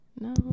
No